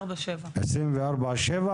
24/7. 24/7,